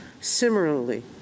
Similarly